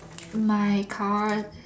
my card